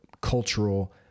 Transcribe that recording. cultural